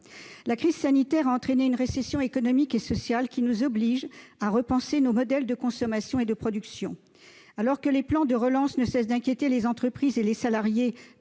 La crise sanitaire a entraîné une récession économique et sociale qui nous oblige à repenser nos modèles de consommation et de production. Alors que le manque de visibilité des plans de relance inquiète les entreprises et les salariés,